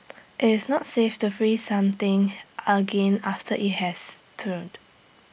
it's not safe to freeze something again after IT has thawed